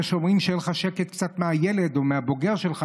שיהיה לך קצת שקט מהילד או מהבוגר שלך,